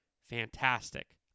fantastic